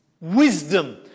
Wisdom